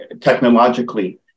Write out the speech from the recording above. technologically